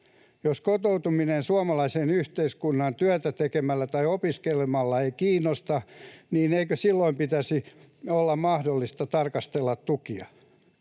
Jos kotoutuminen suomalaiseen yhteiskuntaan työtä tekemällä tai opiskelemalla ei kiinnosta, eikö silloin pitäisi olla mahdollista tarkastella tukia?